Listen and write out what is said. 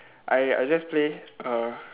I I'll just play uh